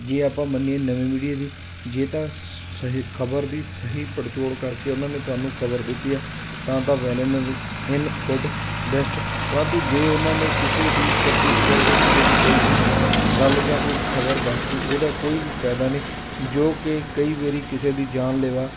ਜੇ ਆਪਾਂ ਮੰਨੀਏ ਨਵੇਂ ਮੀਡੀਏ ਦੀ ਜੇ ਤਾਂ ਸ ਸਹੀ ਖਬਰ ਦੀ ਸਹੀ ਪੜਚੋਲ ਕਰਕੇ ਉਹਨਾਂ ਨੇ ਤੁਹਾਨੂੰ ਖਬਰ ਦਿੱਤੀ ਹੈ ਤਾਂ ਤਾਂ ਵੈਲ ਨ ਇਨ ਗੁੱਡ ਬੈਸਟ ਪਰੰਤੂ ਜੇ ਉਹਨਾਂ ਨੇ ਕਿਸੇ ਦੀ ਚੱਕੀ ਚਕਾਈ ਜਾਂ ਕਿਸੇ ਦੀ ਕਹੀ ਕਹਾਈ ਗੱਲ ਜਾਂ ਕੋਈ ਖਬਰ ਦੱਸ ਤੀ ਉਹਦਾ ਕੋਈ ਵੀ ਫਾਇਦਾ ਨਹੀਂ ਜੋ ਕਿ ਕਈ ਵਾਰੀ ਕਿਸੇ ਦੀ ਜਾਨ ਲੇਵਾ